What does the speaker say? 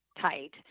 tight